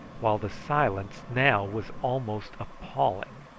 while the silence now was almost appalling.